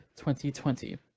2020